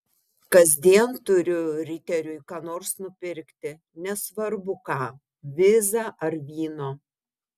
kasdien turiu riteriui ką nors nupirkti nesvarbu ką vizą ar vyno